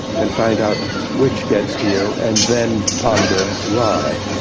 and find out which gets to you and then ponder why.